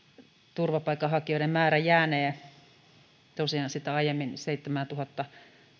turvapaikanhakijoiden määrä jäänee tosiaan sitä aiemmin arvioitua seitsemäätuhatta